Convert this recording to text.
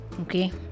Okay